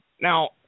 Now